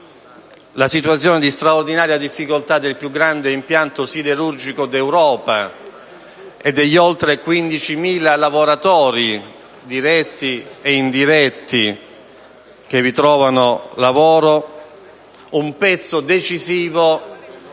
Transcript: Una situazione di straordinaria difficoltà del più grande impianto siderurgico d'Europa e degli oltre 15.000 lavoratori diretti e indiretti che vi trovano lavoro, un pezzo decisivo